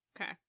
Okay